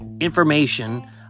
information